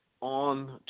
on